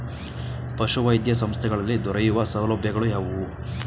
ಪಶುವೈದ್ಯ ಸಂಸ್ಥೆಗಳಲ್ಲಿ ದೊರೆಯುವ ಸೌಲಭ್ಯಗಳು ಯಾವುವು?